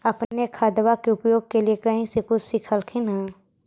अपने खादबा के उपयोग के लीये कही से कुछ सिखलखिन हाँ?